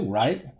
right